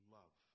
love